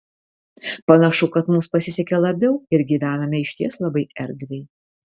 panašu kad mums pasisekė labiau ir gyvename išties labai erdviai